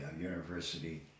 university